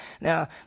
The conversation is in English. Now